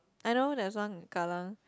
I know there's one in kallang